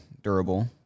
durable